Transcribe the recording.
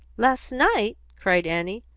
last night! cried annie.